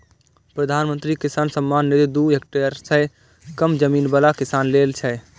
प्रधानमंत्री किसान सम्मान निधि दू हेक्टेयर सं कम जमीन बला किसान लेल छै